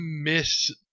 miss